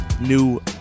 new